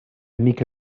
mica